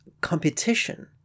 competition